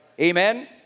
Amen